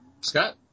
Scott